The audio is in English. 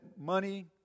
money